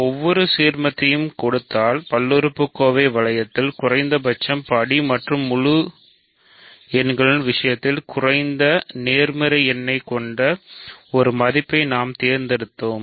எந்தவொரு சீர்மத்தையும் கொடுத்தால் பல்லுறுப்புக்கோவை வளையத்தில் குறைந்தபட்சம் படி மற்றும் முழு எண்களின் விஷயத்தில் குறைந்த நேர்மறை எண்ணைக் கொண்ட ஒரு உறுப்பை நாம் தேர்ந்தெடுத்தோம்